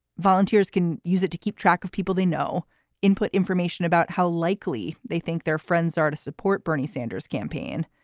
volunteers can use it to keep track of people they know input information about how likely they think their friends are to support bernie sanders campaign.